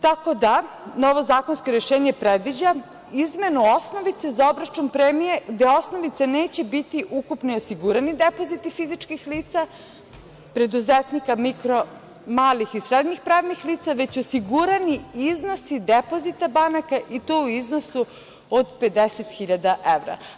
Tako da, novo zakonsko rešenje predviđa izmenu osnovice za obračun premije, gde osnovica neće biti ukupni osigurani depoziti fizičkih lica, preduzetnika, malih i srednjih pravnih lica, već osigurani iznosi depozita banaka i to u iznosu od 50.000 evra.